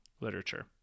literature